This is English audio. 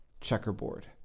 Checkerboard